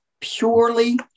purely